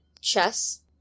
Chess